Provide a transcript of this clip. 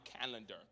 calendar